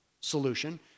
solution